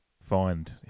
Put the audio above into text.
find